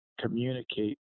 communicate